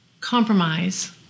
compromise